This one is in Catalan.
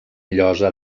llosa